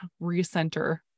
recenter